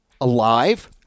alive